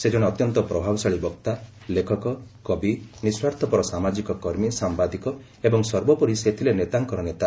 ସେ ଜଣେ ଅତ୍ୟନ୍ତ ପ୍ରଭାବଶାଳୀ ବକ୍ତା ଲେଖକ କବି ନିଃସ୍ୱାର୍ଥପର ସାମାଜିକ କର୍ମୀ ସାମ୍ଘାଦିକ ଏବଂ ସର୍ବୋପରି ସେ ଥିଲେ ନେତାଙ୍କର ନେତା